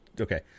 Okay